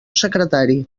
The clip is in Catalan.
secretari